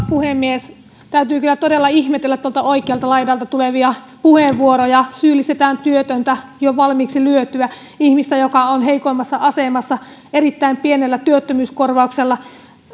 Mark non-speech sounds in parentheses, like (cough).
(unintelligible) puhemies täytyy kyllä todella ihmetellä tuolta oikealta laidalta tulevia puheenvuoroja syyllistetään työtöntä jo valmiiksi lyötyä ihmistä joka on heikoimmassa asemassa erittäin pienellä työttömyyskorvauksella